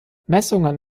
messungen